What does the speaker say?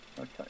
Okay